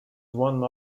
one